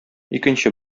икенче